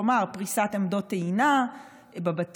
כלומר פריסת עמדות טעינה בבתים,